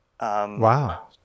Wow